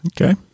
Okay